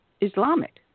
islamic